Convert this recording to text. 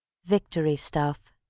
victory stuff